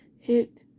hit